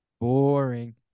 boring